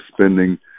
spending